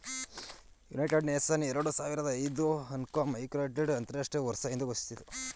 United Nations ಎರಡು ಸಾವಿರದ ಐದು ಅನ್ನು ಮೈಕ್ರೋಕ್ರೆಡಿಟ್ ಅಂತರಾಷ್ಟ್ರೀಯ ವರ್ಷ ಎಂದು ಘೋಷಿಸಿತು